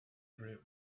bring